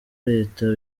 leta